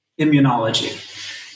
immunology